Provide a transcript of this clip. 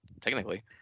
technically